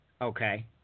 okay